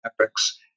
epics